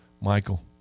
Michael